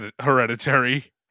Hereditary